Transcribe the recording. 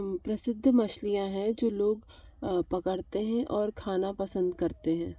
प्रसिद्ध मछलियाँ हैं जो लोग पकड़ते हैं और खाना पसंद करते हैं